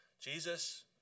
Jesus